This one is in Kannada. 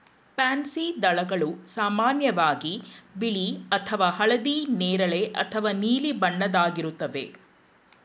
ಪ್ಯಾನ್ಸಿ ದಳಗಳು ಸಾಮಾನ್ಯವಾಗಿ ಬಿಳಿ ಅಥವಾ ಹಳದಿ ನೇರಳೆ ಅಥವಾ ನೀಲಿ ಬಣ್ಣದ್ದಾಗಿರುತ್ವೆ